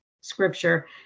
scripture